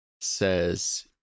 says